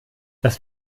was